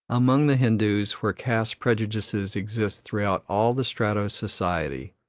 among the hindoos, where caste prejudices exist throughout all the strata of society,